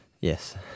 Yes